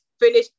finish